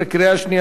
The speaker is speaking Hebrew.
מי נגד?